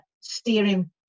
steering